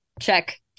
check